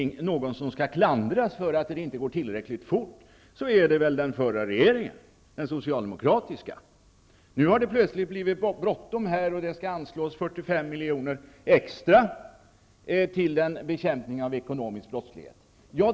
Om någon skall klandras för att arbetet inte går tillräckligt fort är det väl den förra regeringen, den socialdemokratiska. Nu har det plötsligt blivit bråttom, och Socialdemokraterna vill att det skall anslås 45 miljoner extra till bekämpning av ekonomisk brottslighet.